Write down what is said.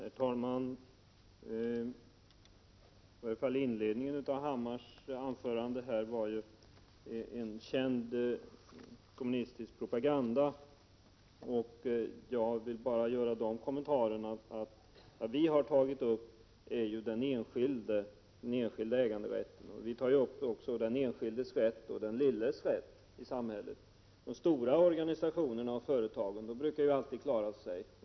Herr talman! I varje fall inledningen av Bo Hammars anförande var känd kommunistisk propaganda. Jag vill bara göra den kommentaren att vad vi har tagit upp är den enskilda äganderätten. Vi tar ju upp den lilla enskilda människans rätt i samhället. De stora organisationerna och företagen brukar alltid klara sig.